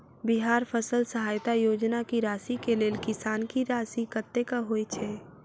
बिहार फसल सहायता योजना की राशि केँ लेल किसान की राशि कतेक होए छै?